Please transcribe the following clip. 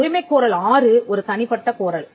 உரிமைக்கோரல் 6 ஒரு தனிப்பட்ட கோரல்